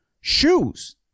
shoes